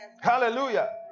Hallelujah